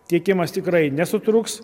tiekimas tikrai nesutrūks